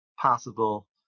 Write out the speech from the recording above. possible